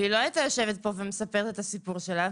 והיא לא הייתה יושבת פה ומספרת את הסיפור שלה,